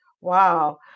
Wow